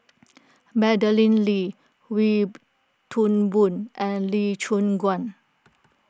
Madeleine Lee Wee Toon Boon and Lee Choon Guan